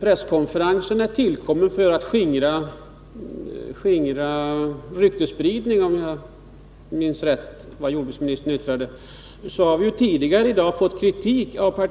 Presskonferensen var alltså tillkommen för att skingra ryktesspridning — det var väl så jordbruksministern sade. Vi har tidigare i dag fått kritik av